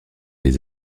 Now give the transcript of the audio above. les